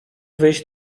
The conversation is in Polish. wyjść